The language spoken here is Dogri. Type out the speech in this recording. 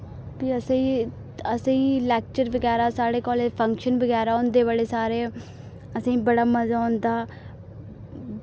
फ्ही असें ई असें ई लैक्चर बगैरा साढ़े कालेज फंक्शन बगैरा होंदे बड़े सारे असें बड़ा मजा औंदा